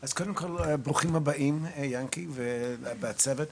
אז קודם כל ברוכים הבאים יענקי והצוות.